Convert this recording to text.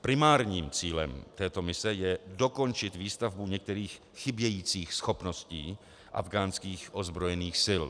Primárním cílem této mise je dokončit výstavbu některých chybějících schopností afghánských ozbrojených sil.